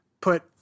put